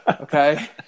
Okay